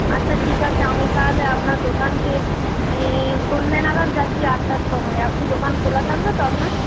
আচ্ছা ঠিক আছে আমি তাহলে আপনার দোকানকে এই সন্ধ্যে নাগাদ যাচ্ছি আটটার সময় আপনি দোকান খোলা থাকবে তো আপনার